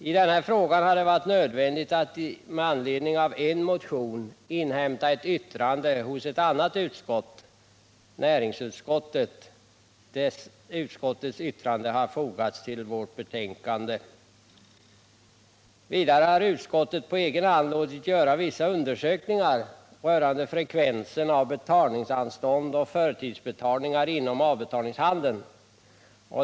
I denna fråga har det varit nödvändigt att med anledning av en motion inhämta ett yttrande hos ett annat utskott — näringsutskottet. Detta yttrande har fogats till vårt betänkande. Vidare har utskottet på egen hand låtit göra vissa undersökningar rörande frekvensen av betalningsanstånd och förtidsbetalningar inom avbetalningshandeln.